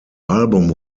album